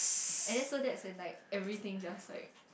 and then so that when like everything just like